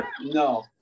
No